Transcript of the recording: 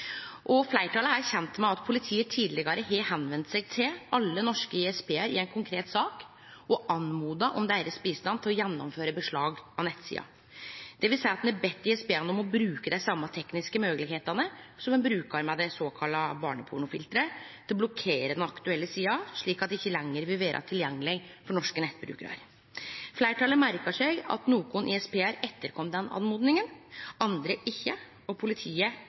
og fleirtalet er kjent med at politiet tidlegare har vendt seg til alle norske ISP-ar i ei konkret sak og bedt om hjelp frå dei for å gjennomføre beslag av nettsida. Det vil seie at ein har bedt ISP-ane om å bruke dei same tekniske moglegheitene som ein bruker med det såkalla barnepornofilteret, til å blokkere den aktuelle sida, slik at ho ikkje lenger vil vere tilgjengeleg for norske nettbrukarar. Fleirtalet merkar seg at nokre ISP-ar etterkom oppmodinga, andre ikkje, og politiet